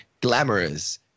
Glamorous